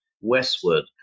westward